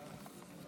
אדוני היושב-ראש,